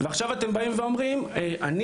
ועכשיו אתם באים ואומרים שאני,